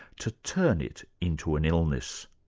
to turn it into an illness.